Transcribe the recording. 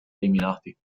eliminati